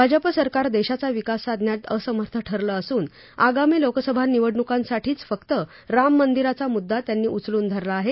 भाजप सरकार देशाचा विकास साधण्यात असमर्थ ठरलं असून आगामी लोकसभा निवडणुकांसाठीचं फक्त राम मंदिराचा मुद्या त्यांनी उचलून धरला आहे